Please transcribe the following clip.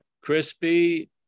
Crispy